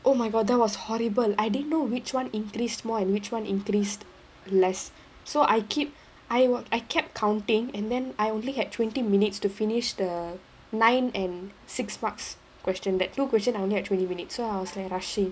oh my god that was horrible I didn't know which one increased more and which one increased less so I keep I work I kept counting and then I only had twenty minutes to finish the nine and six marks question that two question I only had twenty minutes so I was like rushing